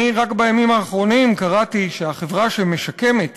רק בימים האחרונים קראתי שהחברה שמשקמת